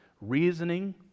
reasoning